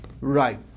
Right